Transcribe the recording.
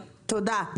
תודה.